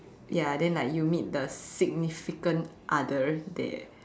ya then like you meet the significant other there